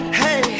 hey